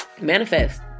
manifest